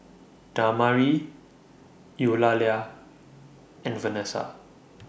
Damari Eulalia and Venessa